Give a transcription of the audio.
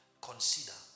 consider